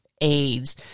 AIDS